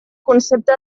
concepte